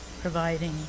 providing